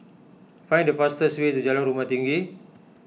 find the fastest way to Jalan Rumah Tinggi